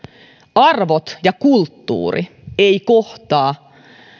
arvot ja kulttuuri eivät kohtaa